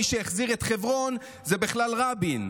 מי שהחזיר את חברון זה בכלל רבין.